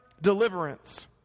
deliverance